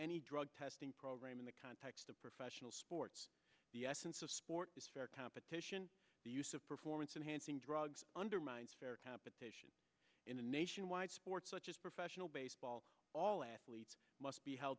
any drug testing program in the context of professional sports the essence of sport is fair competition the use of performance enhancing drugs undermines fair competition in a nationwide sport such as professional baseball all athletes must be hel